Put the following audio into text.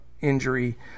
injury